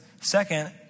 second